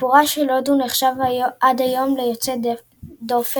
סיפורה של הודו נחשב עד היום ליוצא דופן,